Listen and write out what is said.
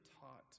taught